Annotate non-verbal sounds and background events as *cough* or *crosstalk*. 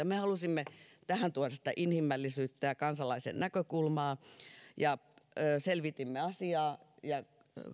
*unintelligible* me halusimme tähän tuoda sitä inhimillisyyttä ja kansalaisen näkökulmaa joten selvitimme asiaa ja